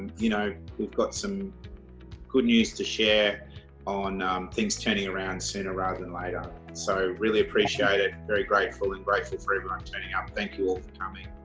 you know we've got some good news to share on things turning around sooner rather than later so really appreciate it very grateful and grateful for everyone's turning up thank you all for coming